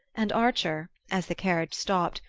and archer, as the carriage stopped,